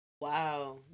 Wow